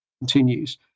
continues